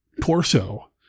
torso